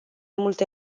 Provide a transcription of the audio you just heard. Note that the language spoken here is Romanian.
multe